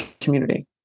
community